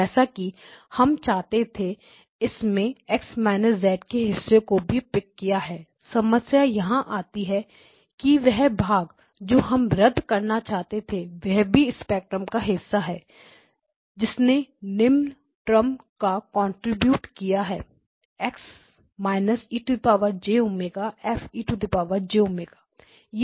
जैसा कि हम चाहते थे इसने X − z के हिस्से को भी पिक किया है समस्या यहाँ आती है कि वह भाग जो हम रद्द करना चाहते हैं वह स्पेक्ट्रम का हिस्सा है जिसने निम्न टर्म में कंट्रीब्यूट किया है X −ejωF e j ω यह क्या है